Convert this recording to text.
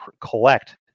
collect